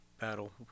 battle